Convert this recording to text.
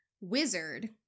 Wizard